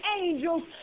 angels